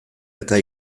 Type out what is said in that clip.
eta